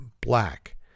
black